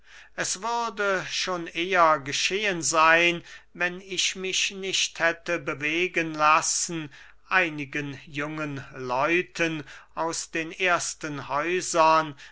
es würde schon eher geschehen seyn wenn ich mich nicht hätte bewegen lassen einigen jungen leuten aus den ersten häusern